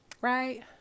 right